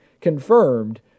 confirmed